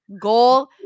goal